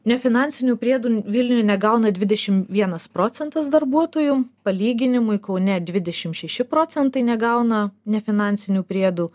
nefinansinių priedų vilniuj negauna dvidešimt vienas procentas darbuotojų palyginimui kaune dvidešimt šeši procentai negauna nefinansinių priedų